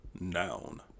Noun